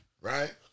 Right